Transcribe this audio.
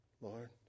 Lord